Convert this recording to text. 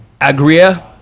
Agria